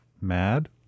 mad